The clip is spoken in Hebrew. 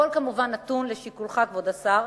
הכול, כמובן, נתון לשיקולך, כבוד השר.